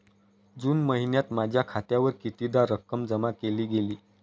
जून महिन्यात माझ्या खात्यावर कितीदा रक्कम जमा केली गेली?